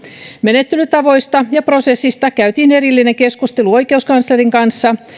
menettelytavoista ja prosessista käytiin erillinen keskustelu oikeuskanslerin kanssa